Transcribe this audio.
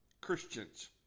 Christians